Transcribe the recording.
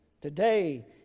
today